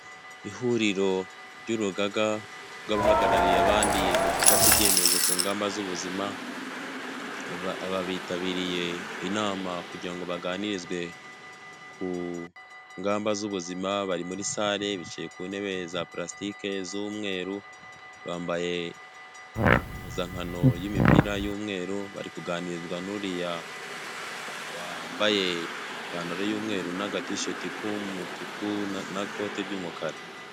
Ihuriro ry'urugaga rw'abahagarariye abandi mu gufata ibyemezo ku ngamba z'ubuzima bitabiriye inama kugira ngo baganirizwe ku ngamba z'ubuzima bari muri salle bicaye ku ntebe za plastiki z'umweru bambaye impuzankano y'imipira y'umweru bari kuganirizwa n'uriya wambaye ipantaro y'umweru n'agatshirt k'umutuku n'ikote ry'umukara.